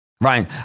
Ryan